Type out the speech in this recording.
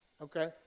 Okay